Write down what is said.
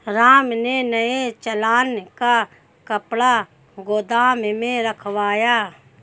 राम ने नए चालान का कपड़ा गोदाम में रखवाया